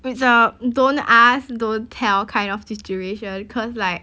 it's a don't ask don't tell kind of situation because like